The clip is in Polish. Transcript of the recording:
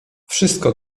wszystko